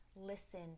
listen